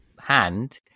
hand